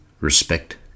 respect